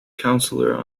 councillor